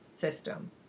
system